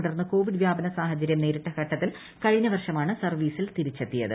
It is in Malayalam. തു്ടർന്ന് കോവിഡ് വ്യാപന സാഹചര്യം നേരിട്ട ഘട്ടത്തിൽ കഴിഞ്ഞ വർഷമാണ് സർവ്വീസിൽ തിരിച്ചെത്തിയത്